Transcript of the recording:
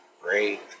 Great